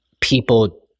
people